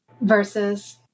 Versus